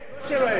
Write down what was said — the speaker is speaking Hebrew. לא שלהם.